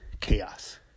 chaos